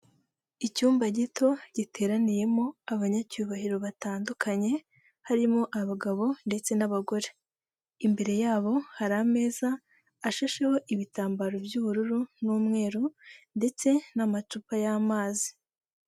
Icyumba gito giteraniyemo abanyacyubahiro batandukanye; harimo abagabo ndetse n'abagore, imbere yabo hari ameza ashasheho ibitambaro by'ubururu n'umweru ndetse n'amacupa y'amazi.